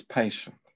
patient